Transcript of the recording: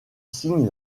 signe